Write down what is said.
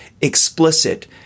explicit